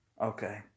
okay